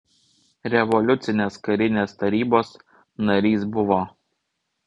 revoliucinės karinės tarybos narys buvo